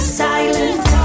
silent